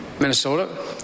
Minnesota